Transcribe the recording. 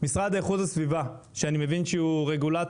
המשרד לאיכות הסביבה, הרגולטור,